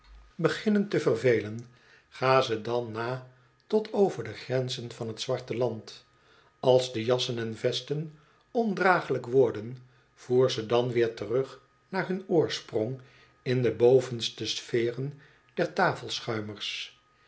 beginnen te vervelen ga zo dan na tot over de grenzen van t zwarte land als de jassen en vesten ondraaglijk worden voer ze dan weer terug naar hun oorsprong in de bovenste sferen der taf